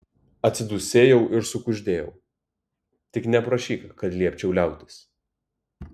atsidūsėjau ir sukuždėjau tik neprašyk kad liepčiau liautis